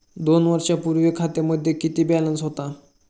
दोन दिवसांपूर्वी खात्यामध्ये किती बॅलन्स होता?